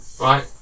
right